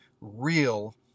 real